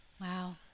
Wow